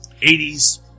80s